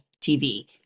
TV